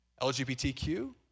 LGBTQ